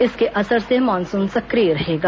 इसके असर से मानसून सक्रिय रहेगा